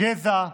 גזע,